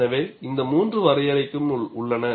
எனவே இந்த மூன்று வரையறைகளும் உள்ளன